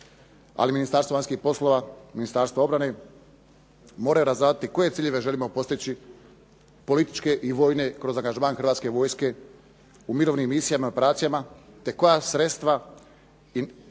ali Ministarstvo vanjskih poslova, Ministarstvo obrane moraju .../Govornik se ne razumije./... koje ciljeve želimo postići, političke i vojne kroz angažman Hrvatske vojske u mirovnim misijama, operacijama, te koja sredstva,